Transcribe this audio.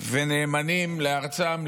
ואמיצים ונאמנים לארצם,